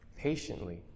patiently